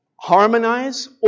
harmonize